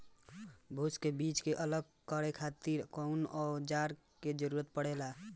भूसी से बीज के अलग करे खातिर कउना औजार क जरूरत पड़ेला?